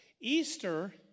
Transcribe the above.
Easter